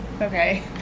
Okay